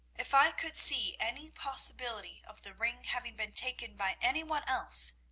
if i could see any possibility of the ring having been taken by any one else,